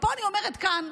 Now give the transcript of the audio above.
ואני אומרת כאן,